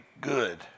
good